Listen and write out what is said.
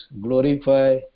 glorify